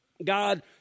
God